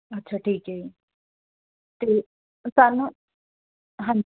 ਅੱਛਾ ਠੀਕ ਹੈ ਅਤੇ ਸਾਨੂੰ ਹਾਂ